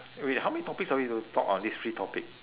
wait wait how many topics are we to talk on this free topic